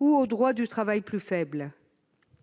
au droit du travail plus faiblement